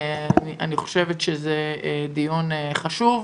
אני חושבת שזה דיון חשוב.